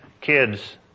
kids